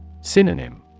Synonym